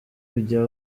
kujya